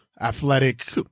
athletic